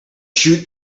shoot